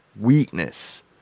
weakness